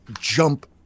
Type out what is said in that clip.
jump